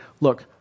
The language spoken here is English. look